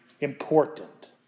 important